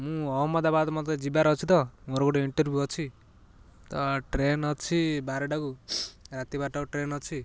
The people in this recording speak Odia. ମୁଁ ଅହମଦବାଦ ମୋତେ ଯିବାର ଅଛି ତ ମୋର ଗୋଟେ ଇଣ୍ଟରଭିୟୁ ଅଛି ତ ଟ୍ରେନ୍ ଅଛି ବାରଟାକୁ ରାତିିବାରଟାକୁ ଟ୍ରେନ୍ ଅଛି